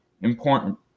important